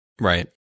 Right